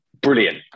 Brilliant